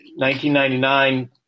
1999